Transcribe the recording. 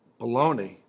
baloney